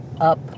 up